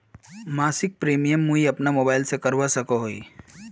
मासिक प्रीमियम मुई अपना मोबाईल से करवा सकोहो ही?